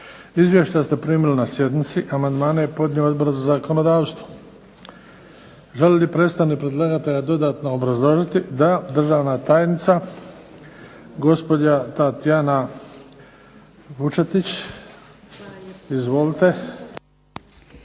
Izvješća ste primili na sjednici. Amandmane je podnio Odbor za zakonodavstvo. Želi li predstavnik predlagatelja dodatno obrazložiti? Da. Državna tajnica gospođa Tatjana Vučetić. Izvolite.